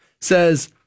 says